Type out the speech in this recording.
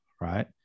right